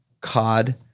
cod